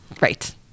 Right